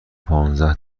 پانزده